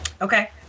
Okay